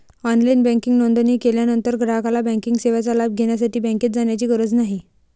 online banking नोंदणी केल्यानंतर ग्राहकाला बँकिंग सेवेचा लाभ घेण्यासाठी बँकेत जाण्याची गरज नाही